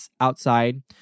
outside